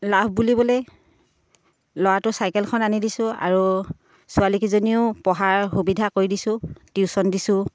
লাভ বুলিবলৈ ল'ৰাটো চাইকেলখন আনি দিছোঁ আৰু ছোৱালীকেইজনীৰো পঢ়াৰ সুবিধা কৰি দিছোঁ টিউশ্যন দিছোঁ